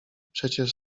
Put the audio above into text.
przecież